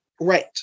Right